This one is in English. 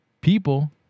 people